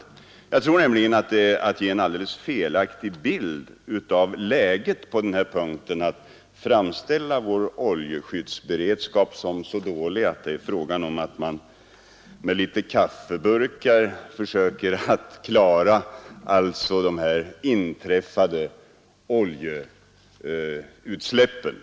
Jag tror nämligen att det är att ge en alldeles felaktig bild av läget i den här frågan om man framställer vår oljeskyddsberedskap som så dålig att vi med några kaffeburkar försöker bemästra de inträffade oljeutsläppen.